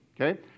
Okay